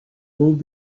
would